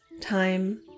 time